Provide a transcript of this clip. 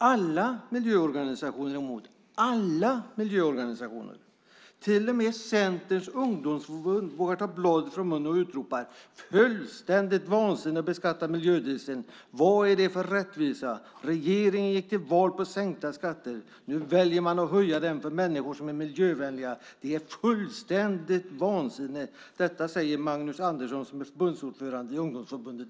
Alla miljöorganisationer är emot. Till och med Centerns ungdomsförbund vågar ta bladet från munnen och utropar: Fullständigt vansinne att beskatta miljödieseln. Vad är det för rättvisa? Regeringen gick till val på sänkta skatter. Nu väljer man att höja dem för människor som är miljövänliga. Det är fullständigt vansinne. Så säger Magnus Andersson som är ordförande för Centerns ungdomsförbund.